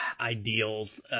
ideals